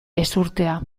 ezurtea